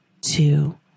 two